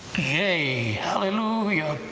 yea! hallelujah!